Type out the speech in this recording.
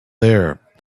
there